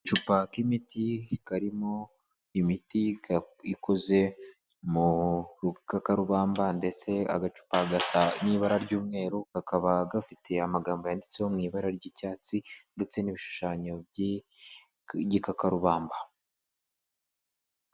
Agacupa k'imiti karimo imiti ikoze mu rukakabamba ndetse agacupa n'ibara ry'umweru, kakaba gafite amagambo yanditseho mu ibara ry'icyatsi ndetse n'ibishushanyo by'igikakarubamba.